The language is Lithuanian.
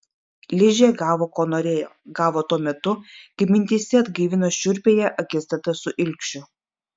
ližė gavo ko norėjo gavo tuo metu kai mintyse atgaivino šiurpiąją akistatą su ilgšiu